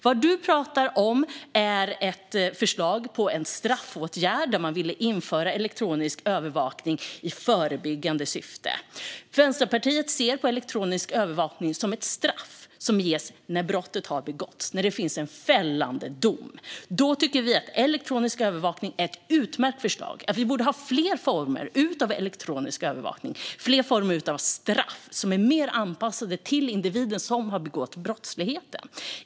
Vad du talar om är ett förslag på en straffåtgärd där man ville införa elektronisk övervakning i förebyggande syfte. Vänsterpartiet ser elektronisk övervakning som ett straff som ges när brottet har begåtts och det finns en fällande dom. Då tycker vi att elektronisk övervakning är ett utmärkt förslag. Vi borde ha fler former av elektronisk övervakning och fler former av straff som är mer anpassade till individen som har begått det brottsliga.